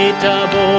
Double